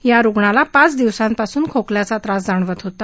या रुग्णाला पाच दिव्सांपासून खोकल्याचा त्रास जाणवत होता